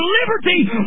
liberty